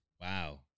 Wow